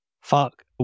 fuck